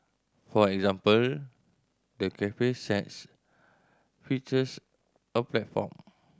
for example the cafe set features a platform